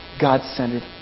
God-centered